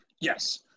Yes